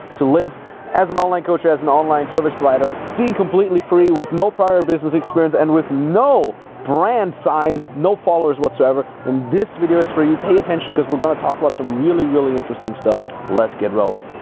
to live as an online coach or as an online service provider, being completely free with no prior business experience and with no brand size, no followers whatsoever. and this video is for you, pay attention cause we're gonna talk about some really, really interesting stuff. let's get rolling.